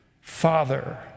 Father